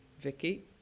Vicky